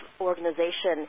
organization